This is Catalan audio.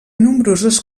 nombroses